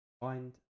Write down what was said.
find